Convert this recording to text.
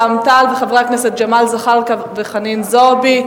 קבוצת רע"ם-תע"ל וחברי הכנסת ג'מאל זחאלקה וחנין זועבי.